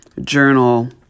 journal